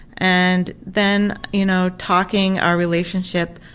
and then you know talking, our relationship